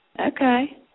Okay